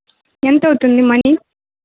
ఎంతవుతుంది మనీ